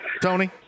Tony